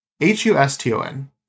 H-U-S-T-O-N